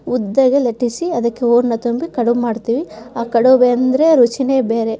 ಉದ್ದಗೆ ಲಟ್ಟಿಸಿ ಅದಕ್ಕೆ ಹೂರಣ ತುಂಬಿ ಕಡುಬು ಮಾಡ್ತೀವಿ ಆ ಕಡುಬು ಅಂದರೆ ರುಚಿಯೇ ಬೇರೆ